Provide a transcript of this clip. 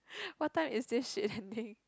what time is this shit ending